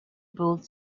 both